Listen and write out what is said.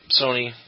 Sony